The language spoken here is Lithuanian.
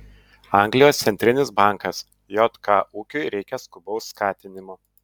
anglijos centrinis bankas jk ūkiui reikia skubaus skatinimo